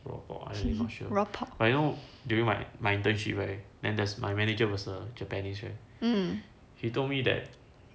I not sure but you know during my internship right then my manager was a japanese right he told me that